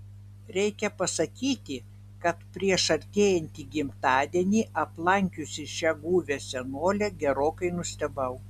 reikia pasakyti kad prieš artėjantį gimtadienį aplankiusi šią guvią senolę gerokai nustebau